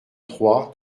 trois